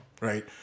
right